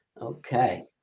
okay